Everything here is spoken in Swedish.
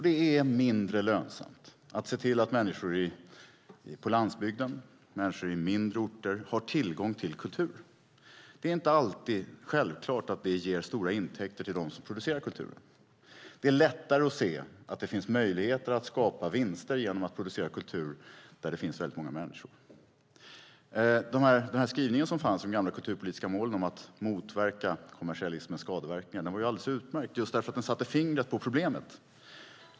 Det är mindre lönsamt att se till att människor på landsbygden, i mindre orter, har tillgång till kultur. Det är inte alltid självklart att det ger stora intäkter till dem som producerar kulturen. Det är lättare att se att det finns möjligheter att skapa vinster genom att producera kultur där det finns många människor. Skrivningen i det gamla kulturpolitiska målet om att motverka kommersialismens skadeverkningar var alldeles utmärkt, just därför att den satte fingret på problemet.